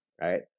right